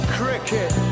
cricket